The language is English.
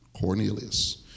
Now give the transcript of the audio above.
Cornelius